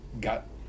got